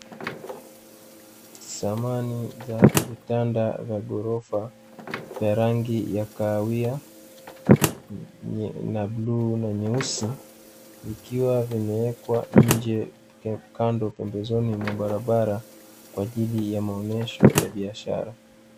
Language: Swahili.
Samani za vitanda vya ghorofa vya rangi ya kahawia na bluu na nyeusi, vikiwa vimewekwa nje ya kando pembezoni mwa barabara kwa ajili ya maonyesho ya biashara.